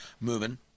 moving